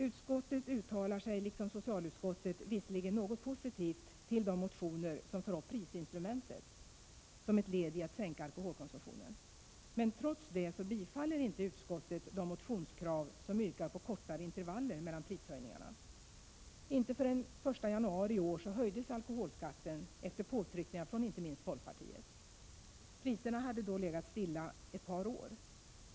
Utskottet uttalar sig — liksom socialutskottet — visserligen något positivt om de motioner som tar upp prisinstrumentet som ett led i att sänka alkoholkonsumtionen. Men trots detta tillstyrker inte utskottet motionskraven på kortare intervaller mellan prishöjningarna. Först den 1 januari i år höjdes alkoholskatten, efter påtryckningar från inte minst folkpartiet. Priserna hade då legat stilla i ett par år.